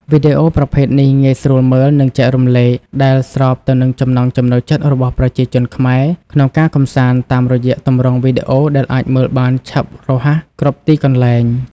វីដេអូប្រភេទនេះងាយស្រួលមើល និងចែករំលែក ដែលស្របទៅនឹងចំណង់ចំណូលចិត្តរបស់ប្រជាជនខ្មែរក្នុងការកម្សាន្តតាមរយៈទម្រង់វីដេអូដែលអាចមើលបានឆាប់រហ័សគ្រប់ទីកន្លែង។